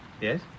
Yes